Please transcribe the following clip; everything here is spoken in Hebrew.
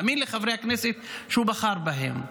מאמין לחברי הכנסת שהוא בחר בהם?